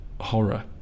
horror